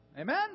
Amen